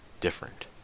Different